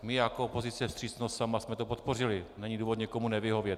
My jako opozice, vstřícnost sama, jsme to podpořili, není důvod někomu nevyhovět.